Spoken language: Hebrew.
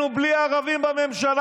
ראש ממשלה